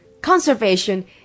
conservation